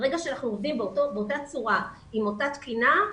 ברגע שאנחנו עובדים באותה צורה עם אותה תקינה,